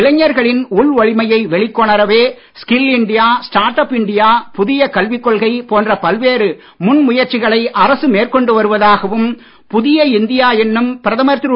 இளைஞர்களின் உள் வலிமையை வெளிக்கொணரவே skill India start up India புதிய கல்விக் கொள்கை போன்ற பல்வேறு முன் முயற்சிகளை அரசு மேற்கொண்டு வருவதாகவும் புதிய இந்தியா என்னும் பிரதமர் திரு